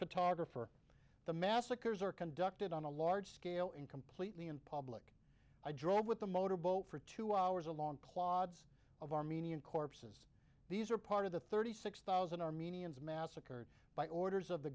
photographer the massacres are conducted on a large scale in completely in public i drove with a motor boat for two hours a long clods of armenian corpses these are part of the thirty six thousand armenians massacred by orders of the